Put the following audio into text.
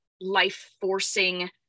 life-forcing